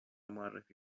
معرفی